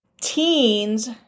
teens